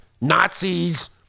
Nazis